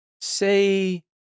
say